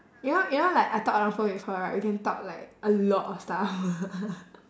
you know you know like I talk on the phone with her right we can talk like a lot of stuff